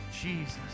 Jesus